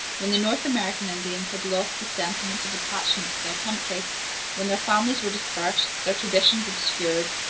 when the north american indians had lost the sentiment of attachment to their country when their families were dispersed, their traditions obscured,